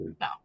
no